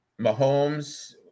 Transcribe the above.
Mahomes